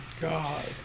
God